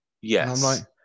Yes